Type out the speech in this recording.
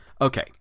Okay